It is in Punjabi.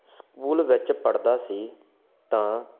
ਸਕੂਲ ਵਿੱਚ ਪੜ੍ਹਦਾ ਸੀ ਤਾਂ